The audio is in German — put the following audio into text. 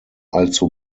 allzu